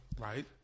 Right